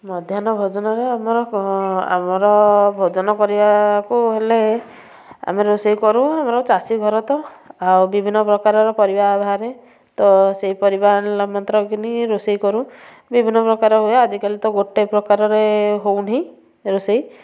ମଧ୍ୟାନ୍ନ ଭୋଜନରେ ଆମର ଆମର ଭୋଜନ କରିବାକୁ ହେଲେ ଆମେ ରୋଷେଇ କରୁ ଚାଷୀଘର ତ ଆଉ ବିଭିନ୍ନ ପ୍ରକାରର ପରିବା ବାହାରେ ତ ସେଇ ପରିବା ଆଣିଲା ମାତ୍ରେ କିନି ରୋଷେଇ କରୁ ବିଭିନ୍ନ ପ୍ରକାର ହୁଏ ଆଜିକାଲି ଗୋଟେ ପ୍ରକାରରେ ହେଉନାହିଁ ରୋଷେଇ